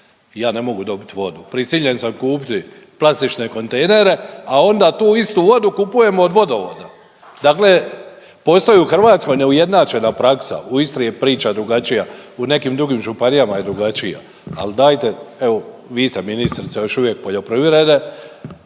ja ne mogu dobit vodu, prisiljen sam kupiti plastične kontejnere, a onda tu istu vodu kupujem od vodovoda. Dakle, postoji u Hrvatskoj neujednačena praksa u Istri je priča drugačija, u nekim drugim županijama je drugačija, al dajte evo vi ste ministrica još uvijek poljoprivrede